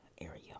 area